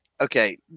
okay